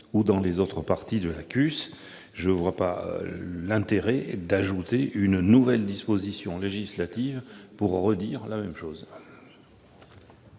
ou dans les autres parties de la CUS. Je ne vois pas quel serait l'intérêt d'ajouter une nouvelle disposition législative pour redire la même chose.